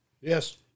Yes